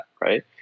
Right